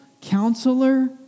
Counselor